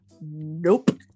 Nope